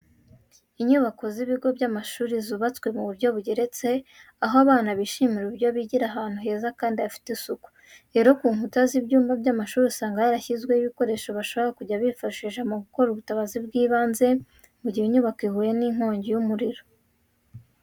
Inyubako z'ibigo by'amashuri zubatswe mu buryo bugeretse, aho abana bishimira uburyo bigira ahantu heza kandi hafite n'isuku. Rero ku nkuta z'ibyumba by'amashuri usanga barashyizeho ibikoresho bashobora kujya bifashisha mu gukora ubutabazi bw'ibanze mu gihe inyubako ihuye nk'inkongi y'umuriro.